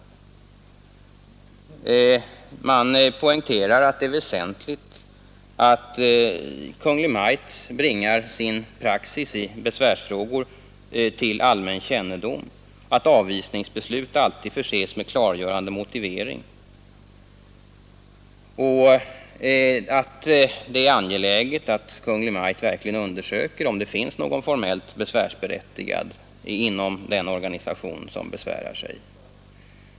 Vi reservanter poängterar att det är väsentligt att Kungl. Maj:t bringar sin praxis i besvärsfrågor till allmän kännedom, att avvisningsbeslut alltid förses med klargörande motivering och att det är angeläget att Kungl. Maj:t verkligen undersöker, om det finns någon formellt besvärsberättigad inom den organisation som besvärar sig.